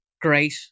Great